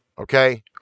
okay